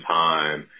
time